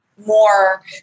more